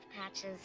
patches